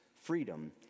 freedom